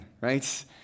right